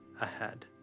ahead